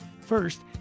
first